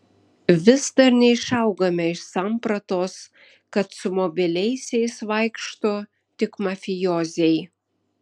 vis dar neišaugame iš sampratos kad su mobiliaisiais vaikšto tik mafijoziai